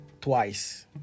twice